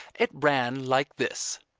it ran like this